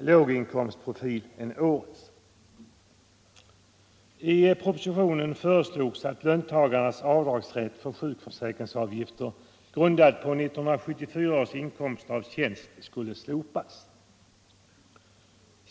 låginkomstprofil än årets. I propositionen föreslogs att löntagarnas avdragsrätt för sjukförsäkringsavgifter grundade på 1974 års inkomst av tjänst skulle slopas.